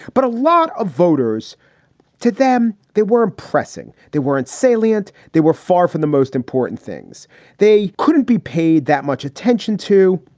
but a lot of voters to them, they were impressing. they weren't salient. they were far from the most important things they couldn't be paid that much attention to.